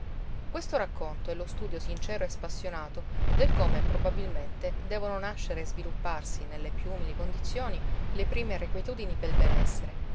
questo racconto è lo studio sincero e spassionato del come probabilmente devono nascere e svilupparsi nelle più umili condizioni le prime irrequietudini pel benessere